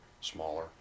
smaller